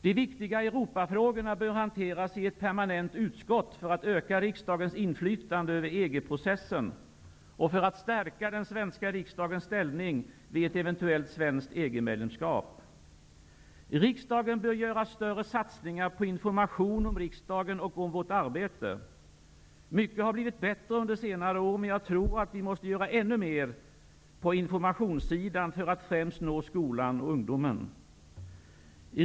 Riksdagen bör göra större satsningar på information om riksdagen och om vårt arbete. Mycket har blivit bättre under senare år. Men jag tror att vi måste göra ännu mer på informationssidan för att främst nå skolan och ungdomen.